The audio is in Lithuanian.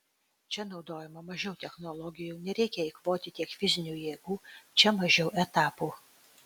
čia naudojama mažiau technologijų nereikia eikvoti tiek fizinių jėgų čia mažiau etapų